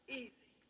easy